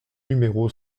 numéro